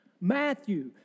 Matthew